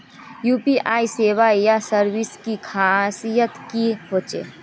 UPI सेवाएँ या services की खासियत की होचे?